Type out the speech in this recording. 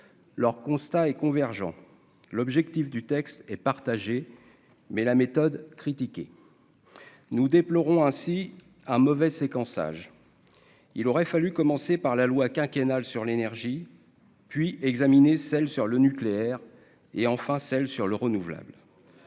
leur constat et convergents, l'objectif du texte et partagé, mais la méthode critiquée, nous déplorons ainsi à mauvaise séquençage il aurait fallu commencer par la loi quinquennale sur l'énergie, puis examiné celle sur le nucléaire, et enfin celle sur le renouvelable.